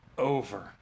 Over